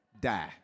die